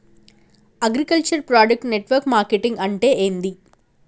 Agriculture product network marketing అంటే ఏంది?